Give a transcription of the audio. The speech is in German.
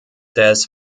des